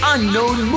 Unknown